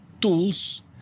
tools